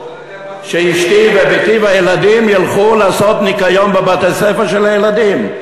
שאשתי ובתי והילדים ילכו לעשות ניקיון בבתי-הספר של הילדים.